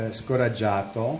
scoraggiato